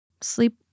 sleep